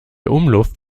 umluft